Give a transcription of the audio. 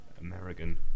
American